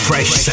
Fresh